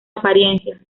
apariencia